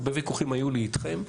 הרבה ויכוחים היו לי אתכם,